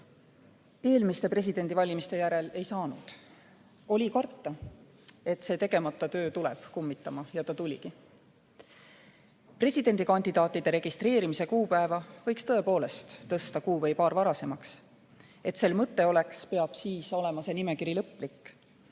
Eelmiste presidendivalimiste järel ei saanud. Oli karta, et tegemata töö tuleb kummitama. Tuligi. Presidendikandidaatide registreerimise kuupäeva võiks tõepoolest tõsta kuu või paar varasemaks. Et sel mõte oleks, peab see nimekiri olema